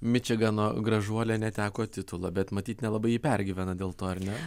mičigano gražuolė neteko titulo bet matyt nelabai ji pergyvena dėl to ar ne